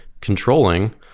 controlling